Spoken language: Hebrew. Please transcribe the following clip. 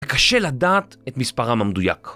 קשה לדעת את מספרם המדויק